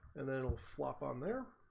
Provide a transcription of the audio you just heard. and then flopped on their